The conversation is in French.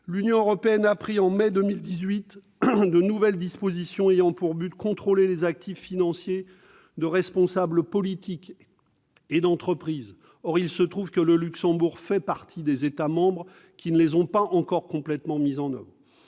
l'Union européenne a pris de nouvelles dispositions ayant pour but de contrôler les actifs financiers de responsables politiques et d'entreprises. Or il se trouve que le Luxembourg fait partie des États membres qui n'ont pas encore complètement mis en oeuvre